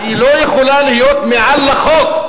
שהיא לא יכולה להיות מעל החוק,